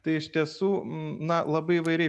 tai iš tiesų na labai įvairiai